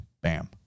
bam